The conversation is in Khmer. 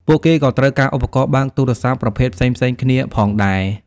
ពួកគេក៏ត្រូវការឧបករណ៍បើកទូរសព្ទប្រភេទផ្សេងៗគ្នាផងដែរ។